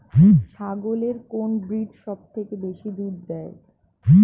ছাগলের কোন ব্রিড সবথেকে বেশি দুধ দেয়?